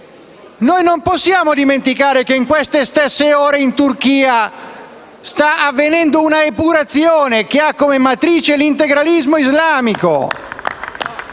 Non possiamo dimenticare che in queste stesse ore in Turchia sta avvenendo un'epurazione che ha come matrice l'integralismo islamico.